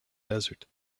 desert